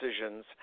decisions